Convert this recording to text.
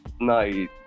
night